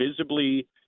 visibly